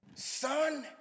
Son